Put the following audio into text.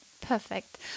Perfect